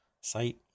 site